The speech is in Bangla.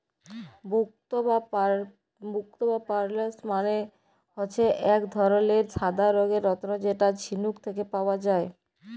মুক্ত বা পার্লস মালে হচ্যে এক ধরলের সাদা রঙের রত্ন যেটা ঝিলুক থেক্যে পাওয়া যায়